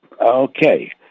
Okay